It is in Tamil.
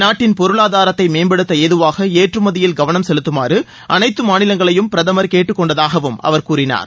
நாட்டின் பொருளாதாரத்தை மேம்படுத்த ஏதுவாக ஏற்றுமதியில் கவனம் செலுத்துமாறு அனைத்து மாநிலங்களையும் பிரதமர் கேட்டுக் கொண்டதாகவும் அவர் கூறினார்